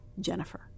Jennifer